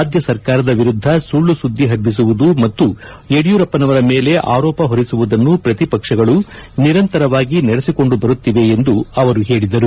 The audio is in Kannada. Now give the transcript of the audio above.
ರಾಜ್ಯ ಸರ್ಕಾರದ ವಿರುದ್ದ ಸುಳ್ಳು ಸುದ್ದಿ ಹಬ್ಬಸುವುದು ಮತ್ತು ಯಡಿಯೂರಪ್ಪ ಮೇಲೆ ಆರೋಪ ಹೊರಿಸುವುದನ್ನು ಪ್ರತಿಪಕ್ಷಗಳು ನಿರಂತರವಾಗಿ ನಡೆಸಿಕೊಂಡು ಬರುತ್ತಿವೆ ಎಂದು ಅವರು ಹೇಳಿದರು